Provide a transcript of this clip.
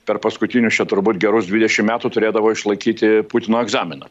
per paskutinius čia turbūt gerus dvidešimt metų turėdavo išlaikyti putino egzaminą